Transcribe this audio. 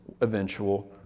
eventual